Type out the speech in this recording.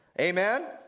Amen